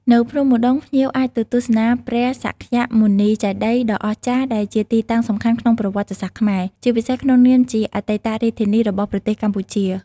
នៅភ្នំឧដុង្គ ភ្ញៀវអាចទៅទស្សនាព្រះសក្យមុនីចេតិយដ៏ចំណាស់ដែលជាទីតាំងសំខាន់ក្នុងប្រវត្តិសាស្ត្រខ្មែរ ជាពិសេសក្នុងនាមជាអតីតរាជធានីរបស់ប្រទេសកម្ពុជា។